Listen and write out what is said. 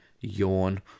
yawn